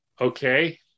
okay